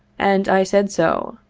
and i said so.